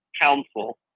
council